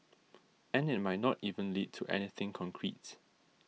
and it might not even lead to anything concrete